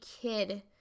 kid